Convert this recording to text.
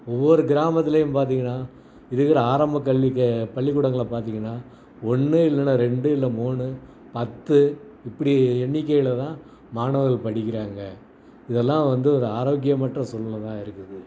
ஒவ்வொரு கிராமத்துலையும் பார்த்தீங்கன்னா இருக்கிற ஆரம்ப கல்விக்கு பள்ளிக்கூடங்களை பார்த்தீங்கன்னா ஒன்று இல்லைன்னா ரெண்டு இல்லை மூணு பத்து இப்படி எண்ணிக்கையிலதான் மாணவர்கள் படிக்கிறாங்க இதெல்லாம் வந்து ஒரு ஆரோக்கியமற்ற சூழ்நிலைதான் இருக்குது